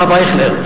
הרב אייכלר,